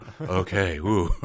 Okay